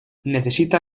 necesita